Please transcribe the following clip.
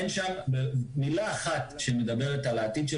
ואין שם מילה אחת שמדברת על העתיד של